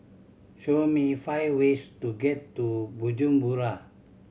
show me five ways to get to Bujumbura